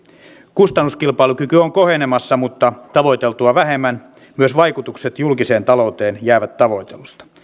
kustannuskilpailukyky on kohenemassa mutta tavoiteltua vähemmän myös vaikutukset julkiseen talouteen jäävät tavoitellusta